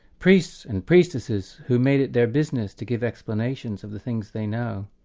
priests and priestesses who made it their business to give explanations of the things they know,